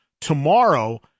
tomorrow